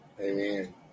Amen